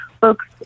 folks